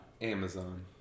Amazon